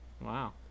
Wow